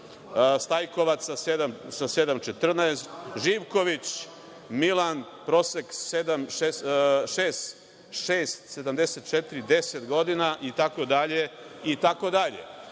Stajkovac sa 7,14, Živković Milan prosek 6,74, deset godina, itd,